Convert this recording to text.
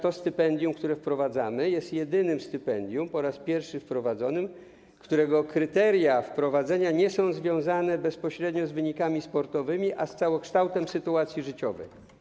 To stypendium, które wprowadzamy, jest jedynym stypendium po raz pierwszy wprowadzonym, którego kryteria wprowadzenia nie są związane bezpośrednio z wynikami sportowymi, a z całokształtem sytuacji życiowej.